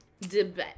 Debate